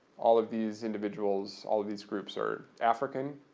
all of these individuals, all of these groups are african.